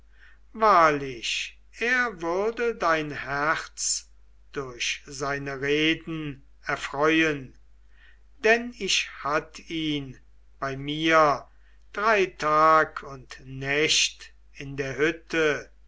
wahrlich er würde dein herz durch seine reden erfreuen denn ich hatt ihn bei mir drei tag und nacht in der hütte